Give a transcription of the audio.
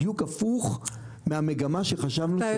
בדיוק ההפך מהמגמה שחשבנו שתקרה.